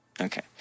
Okay